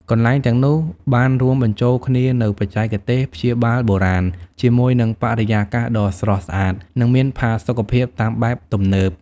កន្លែងទាំងនោះបានរួមបញ្ចូលគ្នានូវបច្ចេកទេសព្យាបាលបុរាណជាមួយនឹងបរិយាកាសដ៏ស្រស់ស្អាត និងមានផាសុកភាពតាមបែបទំនើប។